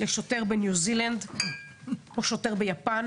לשוטר בניו זילנד או שוטר ביפן?